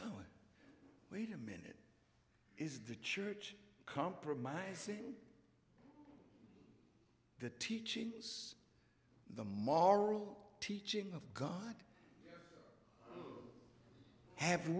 wait a minute is the church compromising the teaching the mall rule teaching of god have